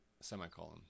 semicolon